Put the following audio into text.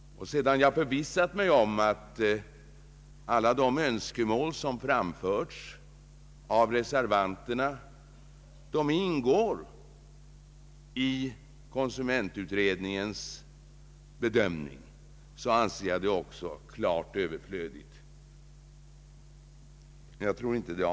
Sedan jag förvissat mig om att alla de önskemål som framförts av reservanterna ingår i konsumentutredningens bedömning, anser jag det också klart överflödigt att vidta ytterligare åtgärder.